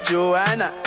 Joanna